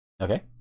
okay